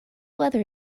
weather